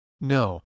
No